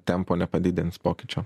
tempo nepadidins pokyčio